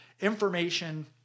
information